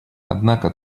однако